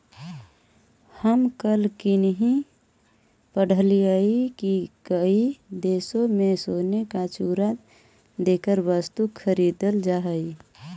हम कल हिन्कि पढ़लियई की कई देशों में सोने का चूरा देकर वस्तुएं खरीदल जा हई